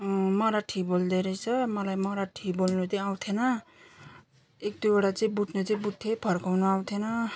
मराठी बोल्दोरहेछ मलाई मराठी बोल्नु चाहिँ आउँथेन एक दुईवटा चाहिँ बुझ्नु चाहिँ बुझ्थेँ फर्काउनु आउँथेन